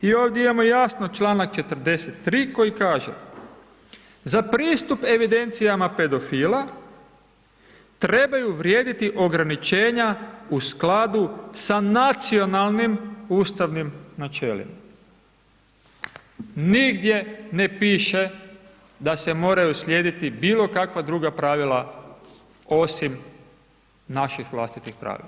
I ovdje imamo jasno članak 43. koji kaže: „Za pristup evidencijama pedofila trebaju vrijediti ograničenja u skladu sa nacionalnim ustavnim načelima.“ Nigdje ne piše da se moraju slijediti bilo kakva druga pravila osim naših vlastitih pravila.